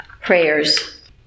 prayers